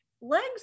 legs